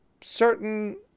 certain